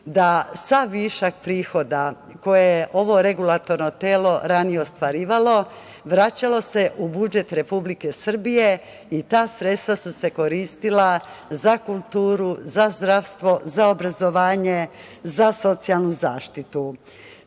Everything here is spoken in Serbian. da sav višak prihoda koje je ovo regulatorno telo ranije ostvarivalo, vraćalo se u budžet Republike Srbije i ta sredstva su se koristila za kulturu, za zdravstvo, za obrazovanje, za socijalnu zaštitu. Ukupan